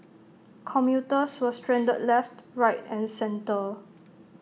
commuters were stranded left right and centre